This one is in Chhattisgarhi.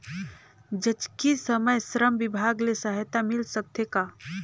जचकी समय श्रम विभाग ले सहायता मिल सकथे का?